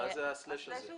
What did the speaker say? מה זה ה-סלש הזה?